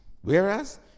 Whereas